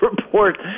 report